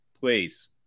Please